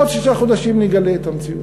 עוד שישה חודשים נגלה את המציאות,